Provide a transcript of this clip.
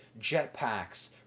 jetpacks